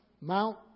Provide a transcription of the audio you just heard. Mount